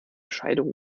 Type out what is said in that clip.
scheidung